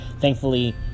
thankfully